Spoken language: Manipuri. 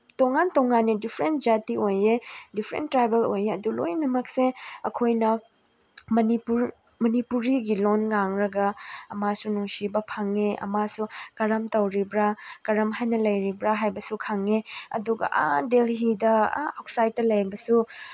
ꯇꯣꯉꯥꯟ ꯇꯣꯉꯥꯟꯅ ꯗꯤꯐ꯭ꯔꯦꯟ ꯖꯥꯇꯤ ꯑꯣꯏꯌꯦ ꯗꯤꯐ꯭ꯔꯦꯟ ꯇ꯭ꯔꯥꯏꯕꯦꯜ ꯑꯣꯏꯌꯦ ꯑꯗꯨ ꯂꯣꯏꯅꯃꯛꯁꯦ ꯑꯩꯈꯣꯏꯅ ꯃꯅꯤꯄꯨꯔ ꯃꯅꯤꯄꯨꯔꯤꯒꯤ ꯂꯣꯟ ꯉꯥꯡꯂꯒ ꯑꯃꯁꯨ ꯅꯨꯡꯁꯤꯕ ꯐꯪꯉꯦ ꯑꯃꯁꯨ ꯀꯔꯝ ꯇꯧꯔꯤꯕ꯭ꯔ ꯀꯔꯝ ꯍꯥꯏꯅ ꯂꯩꯔꯤꯕ꯭ꯔ ꯍꯥꯏꯕꯁꯨ ꯈꯪꯉꯦ ꯑꯗꯨꯒ ꯑꯥ ꯗꯦꯜꯍꯤꯗ ꯑꯥ ꯑꯥꯎꯠꯁꯥꯏꯠꯇ ꯂꯩꯕꯁꯨ